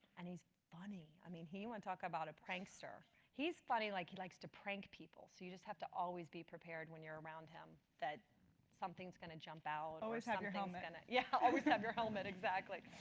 and he's funny. i mean he won't talk about a prankster. he is funny like he likes to prank people. so you just have to always be prepared when you're around him that something is going to jump out always have your helmet. and yeah. always have your helmet exactly.